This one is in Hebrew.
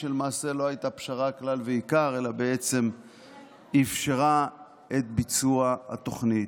שלמעשה לא הייתה פשרה כלל ועיקר אלא בעצם אפשרה את ביצוע התוכנית.